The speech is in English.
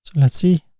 let's see.